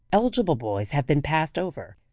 eligible boys have been passed over,